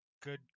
Good